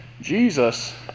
Jesus